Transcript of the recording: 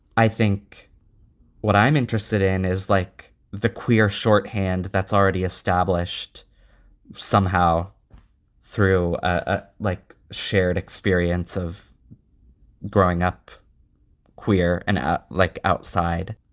i think what i'm interested in is like the queer shorthand that's already established somehow through, ah like shared experience of growing up queer and at, like, outside.